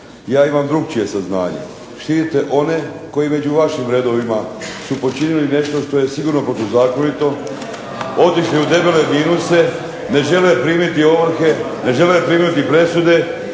Ja imam drukčije saznanje, štitite one koji među vašim redovima su počinili nešto što je sigurno protuzakonito, otišli u debele minuse, ne žele primiti ovrhe, ne žele primiti presude